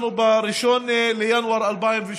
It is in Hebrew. אנחנו ב-1 בינואר 2018,